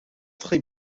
très